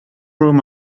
room